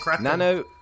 nano